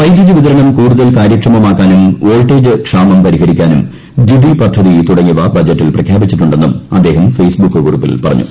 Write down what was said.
വൈദ്യുതി വിതരണം കൂടുതൽ കാര്യക്ഷമ്മാക്കാനും വോൾട്ടേജ് ക്ഷാമം പരിഹരിക്കാനും ദൃുതി പദ്ധതി തൂടങ്ങിയവ ബജറ്റിൽ പ്രഖ്യാപിച്ചിട്ടു ണ്ടെന്നും അദ്ദേഹം ഫെയ്സ് ബ്രുക്ക് കുറിപ്പിൽ പറഞ്ഞു